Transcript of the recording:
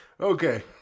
okay